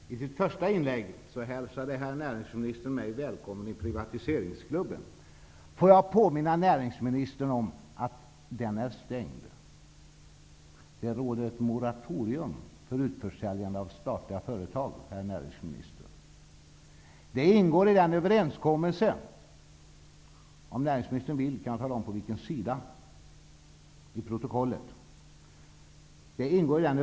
Herr talman! I sitt första inlägg hälsade herr näringsministern mig välkommen i privatiseringsklubben. Låt mig påminna näringsministern om att den är stängd. Det råder ett moratorium för utförsäljande av statliga företag, herr näringsminister. Det ingår i den överenskommelse som vi har gjort för att försvara viktiga intressen i vårt land.